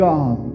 God